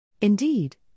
Indeed